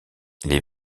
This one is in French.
les